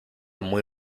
muy